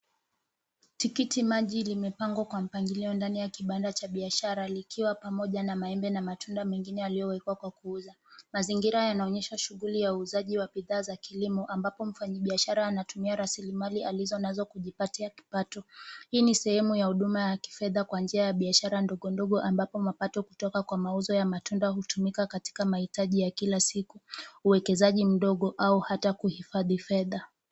Tikiti maji limepangwa kwa mpangilio ndani ya kibanda cha biashara likiwa pamoja na maembe na matunda mengine yaliyowekwa kuuza. Mazingira yanaonyesha shughuli ya uuzaji wa bidhaa za kilimo ambapo mfanyibiashara anatumia raslimali alizonazo kujipatia kipato. Hii ni sehemu ya huduma ya kifedha kwa njia ya biashara ndogo ndogo ambapo mapato kutoka kwa mauzo matunda hutumika katika mahitaji ya kila siku, uekezaji mdogo au hata kuhifadhi fedha.